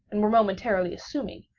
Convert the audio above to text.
and were momentarily assuming,